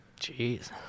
Jeez